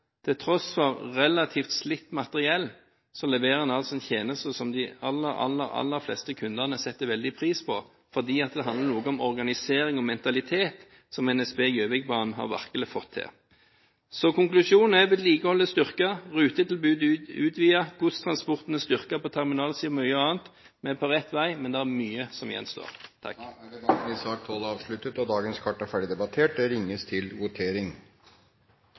Til tross for relativt slitt materiell leverer en altså en tjeneste som de aller fleste kundene setter veldig pris på. Det er fordi dette handler òg om organisering og mentalitet, som NSB Gjøvikbanen virkelig har fått til. Konklusjonen er at vedlikeholdet er styrket. Rutetilbudet er utvidet. Godstransporten er styrket på terminalsiden og mye annet. Vi er på rett vei, men det er mye som gjenstår. Debatten i sak nr. 12 er dermed avsluttet. Da er Stortinget klar til å gå til votering over sakene på dagens kart. Det